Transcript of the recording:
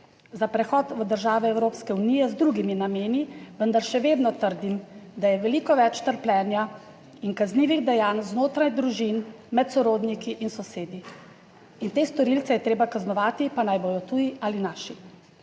za prehod v države Evropske unije z drugimi nameni, vendar še vedno trdim, da je veliko več trpljenja in kaznivih dejanj znotraj družin, med sorodniki in sosedi, in te storilce je treba kaznovati, pa naj bodo tuji ali naši.